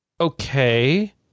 Okay